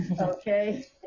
okay